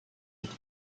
its